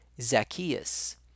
Zacchaeus